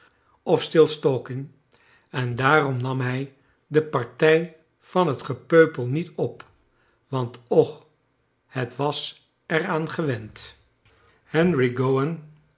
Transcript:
of stils talking en daarom nam hij de partij van net gepeupel niet op want och liet was er aan gewend henri gowan